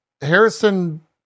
Harrison